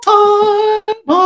time